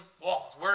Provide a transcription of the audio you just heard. walls